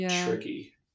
tricky